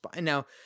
now